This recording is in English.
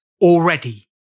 already